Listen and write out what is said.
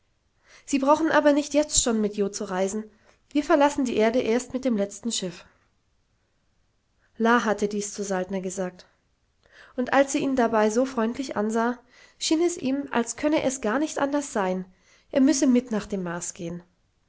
sie brauchen aber nicht jetzt schon mit jo zu reisen wir verlassen die erde erst mit dem letzten schiff la hatte dies zu saltner gesagt und als sie ihn dabei so freundlich ansah schien es ihm als könne es gar nicht anders sein er müsse mit nach dem mars gehen